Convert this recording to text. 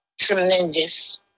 tremendous